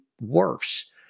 worse